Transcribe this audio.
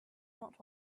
not